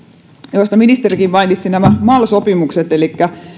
joista ministerikin mainitsi nämä mal sopimukset elikkä sen